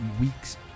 week's